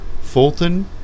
Fulton